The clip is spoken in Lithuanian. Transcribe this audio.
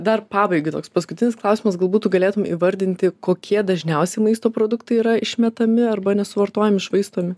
dar pabaigai toks paskutinis klausimas galbūt tu galėtum įvardinti kokie dažniausi maisto produktai yra išmetami arba nesuvartojami švaistomi